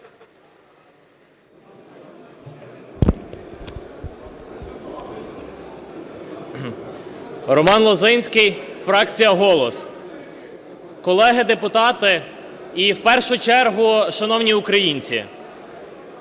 Роман Лозинський, фракція "Голос". Колеги депутати, і в першу чергу шановні українці!